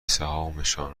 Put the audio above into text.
سهامشان